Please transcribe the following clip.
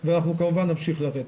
ואנחנו כמובן נמשיך לרדת.